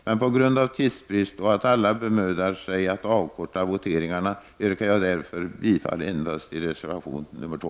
Men på grund av tidsbrist, som gör att alla bemödar sig om att avkorta voteringarna, yrkar jag bifall endast till reservation nr 2.